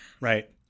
Right